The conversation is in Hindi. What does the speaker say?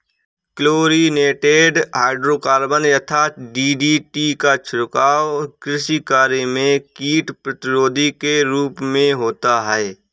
क्लोरिनेटेड हाइड्रोकार्बन यथा डी.डी.टी का छिड़काव कृषि कार्य में कीट प्रतिरोधी के रूप में होता है